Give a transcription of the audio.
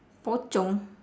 pocong